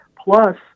plus